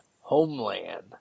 Homeland